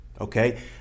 okay